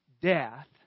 death